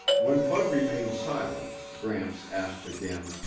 when bud remained silent, gramps asked again,